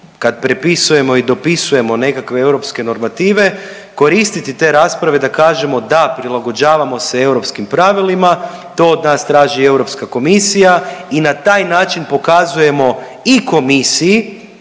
kad prepisujemo i dopisujemo nekakve europske normative koristiti te rasprave da kažemo da prilagođavamo se europskim pravilima, to od nas traži Europska komisija i na taj način pokazujemo i komisiji,